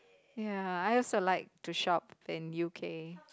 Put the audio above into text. ya I also like to shop in U_K